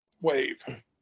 wave